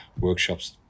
workshops